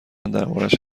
دربارش